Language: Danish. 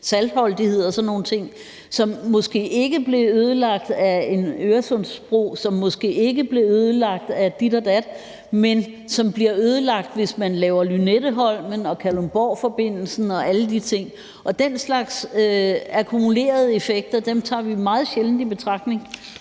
saltholdighed og sådan nogle ting, som måske ikke blev ødelagt af en Øresundsbro, og som måske ikke blev ødelagt af dit og dat, men som bliver ødelagt, hvis man laver Lynetteholmen og Kalundborgforbindelsen og alle de ting. Og den slags akkumulerede effekter tager vi meget sjældent i betragtning.